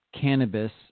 cannabis